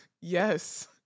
Yes